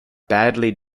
badly